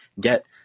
get